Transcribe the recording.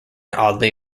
audley